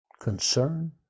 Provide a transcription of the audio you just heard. concern